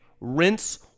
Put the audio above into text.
Rinse